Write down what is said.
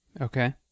Okay